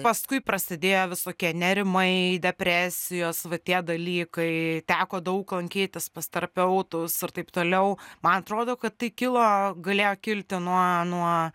paskui prasidėjo visokie nerimai depresijos va tie dalykai teko daug lankytis pas terapiautus ir taip toliau man atrodo kad tai kilo galėjo kilti nuo nuo